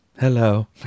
hello